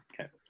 okay